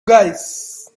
guys